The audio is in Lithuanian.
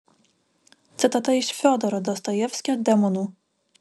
citata iš fiodoro dostojevskio demonų